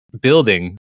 building